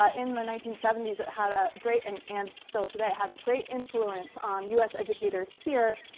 ah in the nineteen seventy s, it had a great and and still today had great influence on us educators here.